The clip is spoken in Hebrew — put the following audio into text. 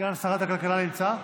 סגן שרת הכלכלה נמצא?